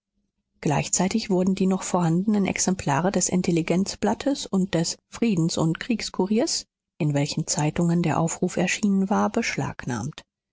gleichzeitig wurden die noch vorhandenen exemplare des intelligenzblattes und des friedens und kriegskuriers in welchen zeitungen der aufruf erschienen war beschlagnahmt